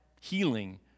healing